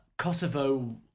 Kosovo